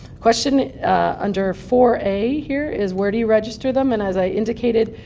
question under four a here is where do you register them? and as i indicated,